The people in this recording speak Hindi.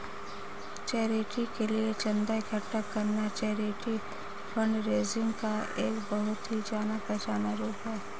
चैरिटी के लिए चंदा इकट्ठा करना चैरिटी फंडरेजिंग का एक बहुत ही जाना पहचाना रूप है